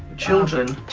children.